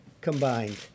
combined